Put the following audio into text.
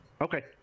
okay